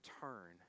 turn